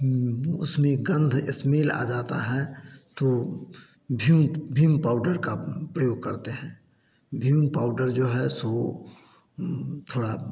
उसमे गंध स्मेल आ जाता है तो भीम भीम पाउडर का प्रयोग करते हैं भीम पाउडर जो है सो थोड़ा